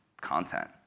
content